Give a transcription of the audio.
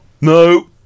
no